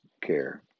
care